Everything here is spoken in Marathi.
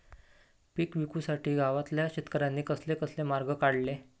पीक विकुच्यासाठी गावातल्या शेतकऱ्यांनी कसले कसले मार्ग काढले?